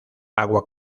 agua